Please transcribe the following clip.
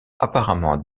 apparemment